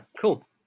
cool